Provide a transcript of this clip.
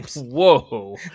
Whoa